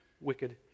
wicked